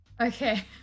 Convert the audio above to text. Okay